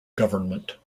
government